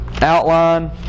outline